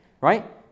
Right